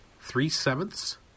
three-sevenths